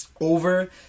over